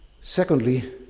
Secondly